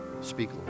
Speak